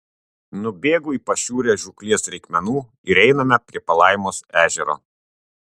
nubėgu į pašiūrę žūklės reikmenų ir einame prie palaimos ežero